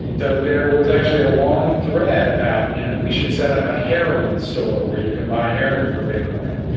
so there was actually a long thread about, you know, we should set up a heroin store where you can buy heroin for bitcoin.